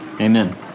Amen